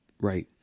Right